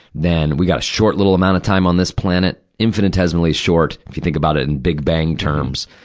then we've got a short, little amount of time on this planet. infinitesimally short, if you think about it in big bang terms.